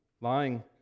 lying